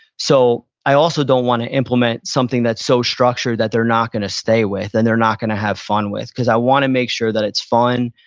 so, i also don't want to implement something that's so structured that they're not going to stay with and that they're not going to have fun with. because i want to make sure that it's fun,